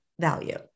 value